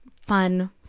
fun